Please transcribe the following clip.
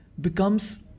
becomes